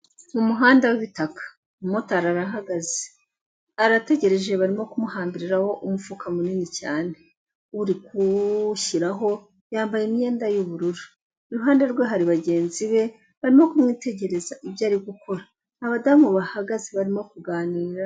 Mumuhanda w'ibitaka umumotari arahagaze, arategereje barimo kumuhambiriraho umufuka munini cyane, uri kuwushyiraho yambaye imyenda y'ubururu, iruhande rwe hari abagenzi be barimo kumwitegereza ibyo ari gukora, abadamu bahagaze barimo kuganira.